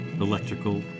electrical